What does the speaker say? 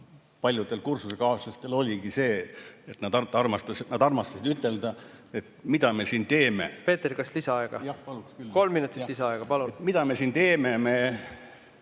paljudel kursusekaaslastel oligi see, et nad armastasid ütelda, et mida me siin teeme. Peeter, kas lisaaega? Jah, paluks küll. Kolm minutit lisaaega, palun! Mida me siin teeme?